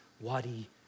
wadi